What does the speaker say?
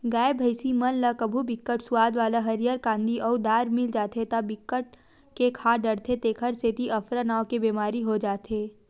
गाय, भइसी मन ल कभू बिकट सुवाद वाला हरियर कांदी अउ दार मिल जाथे त बिकट के खा डारथे एखरे सेती अफरा नांव के बेमारी हो जाथे